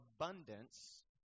abundance